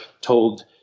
told